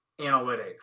analytics